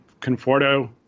Conforto